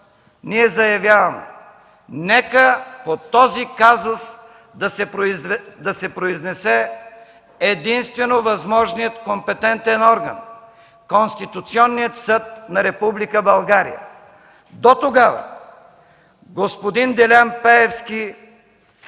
ние заявяваме: нека по този казус да се произнесе единствено възможният компетентен орган – Конституционният съд на Република България. Дотогава господин Делян Пеевски